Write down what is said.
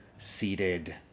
seated